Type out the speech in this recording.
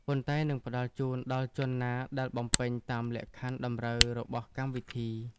ប៉ុន្តែនឹងផ្តល់ជូនដល់ជនណាដែលបំពេញតាមលក្ខខណ្ឌតម្រូវរបស់កម្មវិធី។